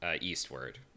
Eastward